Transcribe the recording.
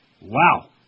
Wow